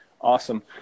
Awesome